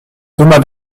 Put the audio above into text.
thomas